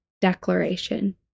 declaration